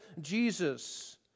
Jesus